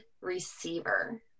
Receiver